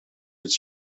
its